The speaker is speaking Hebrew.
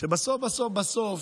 שבסוף בסוף בסוף